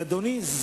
ואדוני,